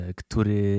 który